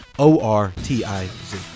O-R-T-I-Z